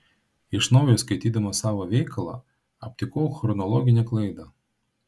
iš naujo skaitydamas savo veikalą aptikau chronologinę klaidą